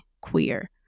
queer